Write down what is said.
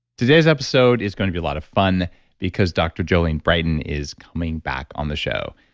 today's episode is going to be a lot of fun because dr. jolene brighten is coming back on the show.